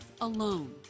alone